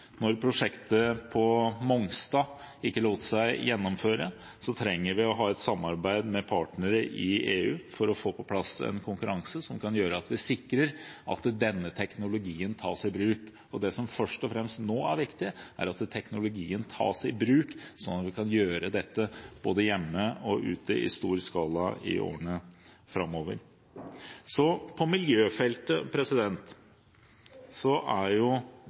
Når prosjektet på Mongstad ikke lot seg gjennomføre, trenger vi å ha et samarbeid med partnere i EU for å få på plass en konkurranse som kan gjøre at vi sikrer at denne teknologien tas i bruk. Det som først og fremst er viktig nå, er at teknologien tas i bruk sånn at vi kan gjøre dette både hjemme og ute i stor skala i årene framover. På miljøfeltet